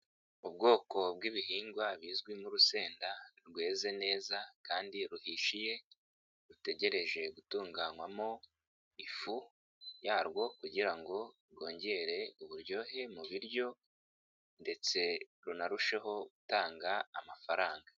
Ubwoko bw'ibihingwa bizwi nk'urusenda rweze neza kandi ruhishiye, rutegereje gutunganywamo ifu yarwo kugira ngo rwongere uburyohe mu biryo ndetse runarusheho gutanga amafaranga.